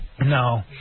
No